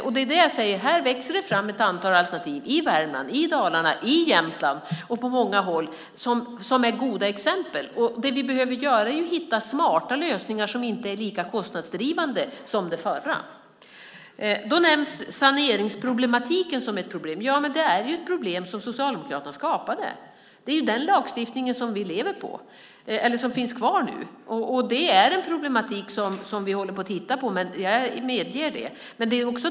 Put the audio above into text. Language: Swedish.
Som jag sade växer det fram ett antal alternativ i Värmland, Dalarna, Jämtland och på andra håll, och de är goda exempel. Vi behöver alltså hitta smarta lösningar som inte är lika kostnadsdrivande som de tidigare. Saneringsproblematiken har nämnts som ett exempel på problem. Det är ett problem som Socialdemokraterna skapade. Det är den lagstiftning som nu finns. Det är ett problem, jag medger det, och vi håller på att titta på det.